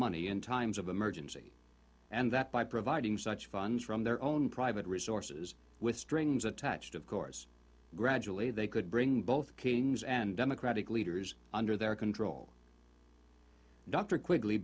money in times of emergency and that by providing such funds from their own private resources with strings attached of course gradually they could bring both kings and democratic leaders under their control dr qui